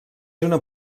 una